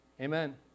Amen